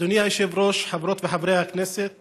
המשתייכים לארגון טרור המחזיק בשבויים